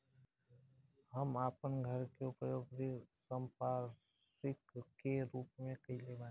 हम आपन घर के उपयोग ऋण संपार्श्विक के रूप में कइले बानी